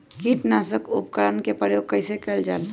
किटनाशक उपकरन का प्रयोग कइसे कियल जाल?